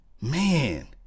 man